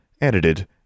edited